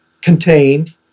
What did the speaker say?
contained